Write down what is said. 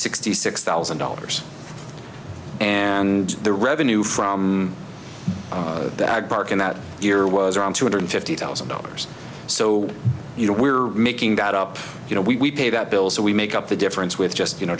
sixty six thousand dollars and the revenue from that park in that year was around two hundred fifty thousand dollars so you know we're making that up you know we pay that bills so we make up the difference with just you know